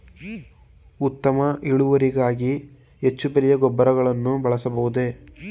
ಉತ್ತಮ ಇಳುವರಿಗಾಗಿ ಹೆಚ್ಚು ಬೆಲೆಯ ರಸಗೊಬ್ಬರಗಳನ್ನು ಬಳಸಬಹುದೇ?